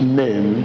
name